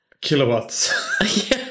Kilowatts